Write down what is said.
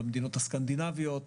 במדינות הסקנדינביות.